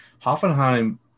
Hoffenheim